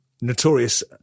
notorious